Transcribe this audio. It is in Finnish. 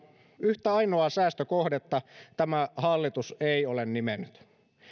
yhtä ainoaa säästökohdetta tämä hallitus ei ole nimennyt